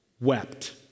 Wept